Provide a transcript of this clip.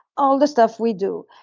all the stuff we do.